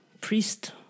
Priest